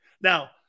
Now